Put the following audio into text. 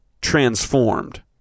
transformed